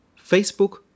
Facebook